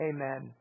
Amen